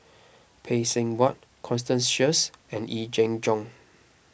Phay Seng Whatt Constance Sheares and Yee Jenn Jong